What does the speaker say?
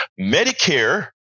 Medicare